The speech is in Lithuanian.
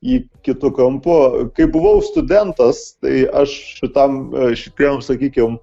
į kitu kampu kai buvau studentas tai aš šitam šitiem sakykim